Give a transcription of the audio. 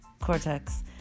cortex